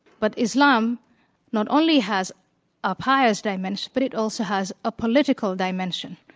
but islam not only has a pious dimension but it also has a political dimension,